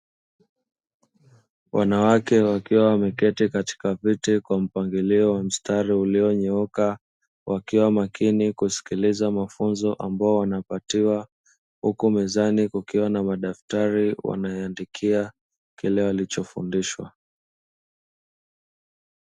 Wanawake wakiwa wameketi katika viti kwa mpangilio wa mstari ulionyooka wakiwa makini kusikiliza mafunzo ambayo wanapatiwa, huku mezani kukiwa na madaftari wanayaandikia kile walichofundishwa.